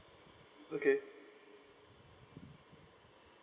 okay